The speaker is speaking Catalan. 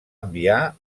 enviar